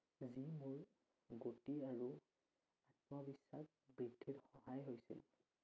যি মোৰ গতি আৰু আত্মবিশ্বাস বৃদ্ধিত সহায় হৈছিল